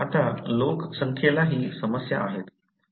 आता लोकसंख्येलाही समस्या आहेत